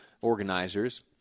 organizers